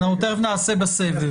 תיכף נעשה סיבוב.